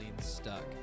stuck